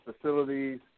facilities